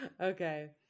Okay